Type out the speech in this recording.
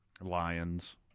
Lions